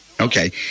Okay